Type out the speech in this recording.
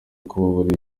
kubabara